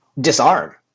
disarm